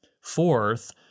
Fourth